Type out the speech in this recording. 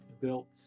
built